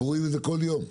אנו רואים את זה כל יום.